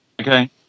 Okay